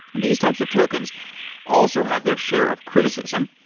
these types of tokens also have their share of criticism.